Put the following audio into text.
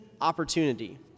opportunity